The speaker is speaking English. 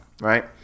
Right